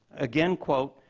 again quote,